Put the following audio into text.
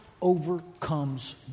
overcomes